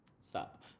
Stop